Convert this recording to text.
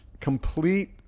complete